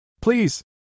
Please